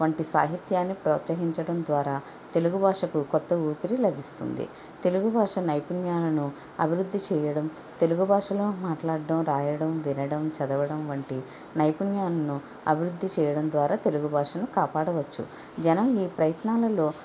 వంటి సాహిత్యాన్ని ప్రోత్సహించటం ద్వారా తెలుగు భాషకు కొత్త ఊపిరి లభిస్తుంది తెలుగు భాష నైపుణ్యాలను అభివృద్ధి చేయడం తెలుగు భాషలో మాట్లాడటం రాయడం వినడం చదవడం వంటి నైపుణ్యాలను అభివృద్ధి చేయడం ద్వారా తెలుగు భాషను కాపాడవచ్చు జనం ఈ ప్రయత్నాలలో